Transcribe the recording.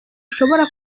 ushobora